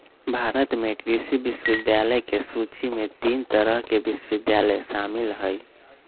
भारत में कृषि विश्वविद्यालय के सूची में तीन तरह के विश्वविद्यालय शामिल हई